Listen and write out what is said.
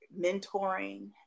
mentoring